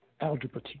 algebra